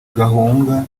gahunga